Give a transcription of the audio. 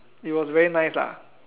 it was very nice lah